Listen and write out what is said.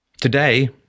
Today